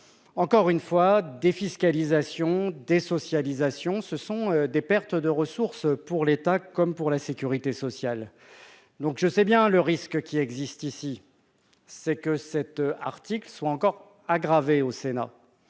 encore une fois, défiscalisation des socialisation, ce sont des pertes de ressources pour l'État, comme pour la sécurité sociale, donc je sais bien le risque qui existe ici, c'est que cet article soit encore aggravée au Sénat,